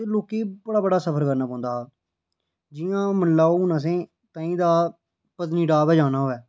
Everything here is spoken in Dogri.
ते लोकें गी बड़ा बड़ा सफर करना पौंदा हा जि'यां मन्नी लैओ ताहीं दा असें गी पत्नीटॉप ई जाना होऐ